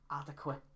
adequate